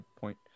point